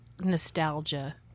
nostalgia